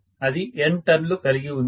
అది N turn లు కలిగి ఉంది